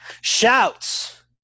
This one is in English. shouts